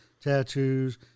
tattoos